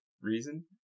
reason